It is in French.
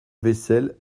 vaisselle